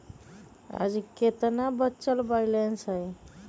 आज केतना बचल बैलेंस हई?